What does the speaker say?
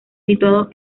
situado